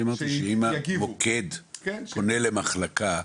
אני אמרתי שאם המוקד פונה למחלקה,